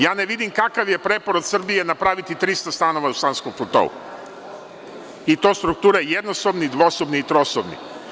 Ja ne vidim kakav je preporod Srbije napraviti 300 stanova u Savskom platou, i to strukture - jednosobni, dvosobni i trosobni.